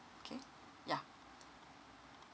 okay yeah